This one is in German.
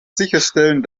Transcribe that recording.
sicherstellen